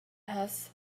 has